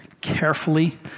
carefully